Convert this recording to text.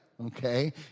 okay